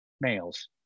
males